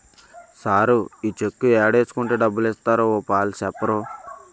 sir ఈ cheque ఏడేసుకుంటే డబ్బులిత్తారో ఓ పాలి సెప్పరూ